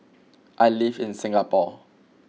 I live in Singapore